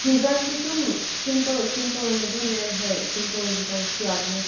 ꯗꯤꯖꯥꯏꯟꯗꯤ ꯑꯗꯨꯝ simple simple ꯑꯣꯏꯅ ꯑꯗꯨꯝ ꯌꯥꯏ ꯍꯣꯏ ꯁꯤꯝꯄꯜ ꯑꯣꯏꯅ ꯇꯧꯔꯁꯨ ꯌꯥꯕꯅꯦ